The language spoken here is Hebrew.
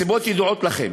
הסיבות ידועות לכם: